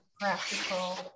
practical